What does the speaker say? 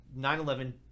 9-11